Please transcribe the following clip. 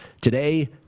today